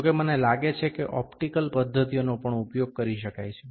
જો કે મને લાગે છે કે ઓપ્ટિકલ પદ્ધતિઓનો પણ ઉપયોગ કરી શકાય છે